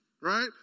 right